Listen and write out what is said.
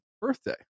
birthday